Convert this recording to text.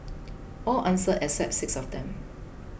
all answered except six of them